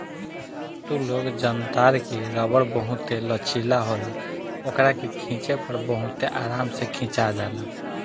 तू लोग जनतार की रबड़ बहुते लचीला होला ओकरा के खिचे पर बहुते आराम से खींचा जाला